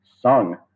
sung